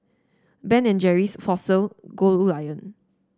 Ben and Jerry's Fossil